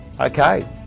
okay